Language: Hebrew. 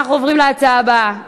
אנחנו עוברים להצעה הבאה,